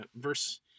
verse